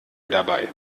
dabei